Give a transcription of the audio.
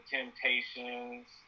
Temptations